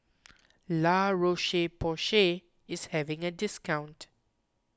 La Roche Porsay is having a discount